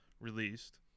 released